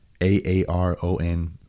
A-A-R-O-N